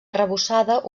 arrebossada